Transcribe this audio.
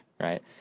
Right